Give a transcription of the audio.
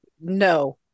no